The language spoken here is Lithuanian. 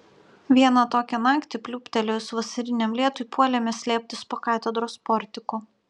vieną tokią naktį pliūptelėjus vasariniam lietui puolėme slėptis po katedros portiku